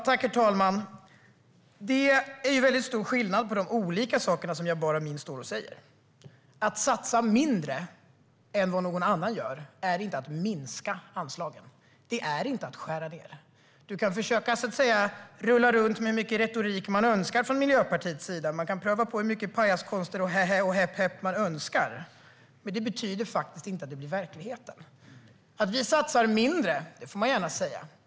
Herr talman! Det är väldigt stor skillnad på de olika saker som Jabar Amin står och säger. Att satsa mindre än vad någon annan gör är inte att minska anslagen. Det är inte att skära ned. Du kan rulla runt med hur mycket retorik man önskar från Miljöpartiets sida. Man kan pröva på hur mycket pajaskonster - Hä Hä! och Häpp Häpp! - som man önskar. Men det betyder inte att det blir verklighet. Att vi satsar mindre får man gärna säga.